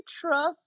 trust